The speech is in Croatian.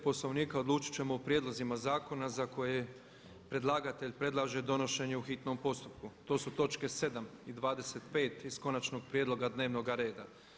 Poslovnika odlučit ćemo o prijedlozima zakona za koje predlagatelj predlaže donošenje u hitnom postupku, to su točke 7. i 25. iz konačnog prijedloga dnevnoga reda.